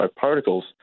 particles